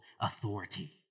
authority